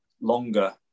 longer